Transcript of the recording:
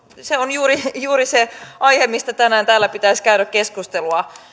se on juuri se juuri se aihe mistä tänään täällä pitäisi käydä keskustelua